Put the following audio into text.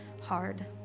hard